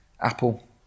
apple